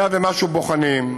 100 ומשהו בוחנים,